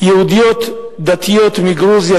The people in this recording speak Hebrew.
יהודיות דתיות מגרוזיה,